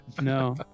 No